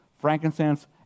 frankincense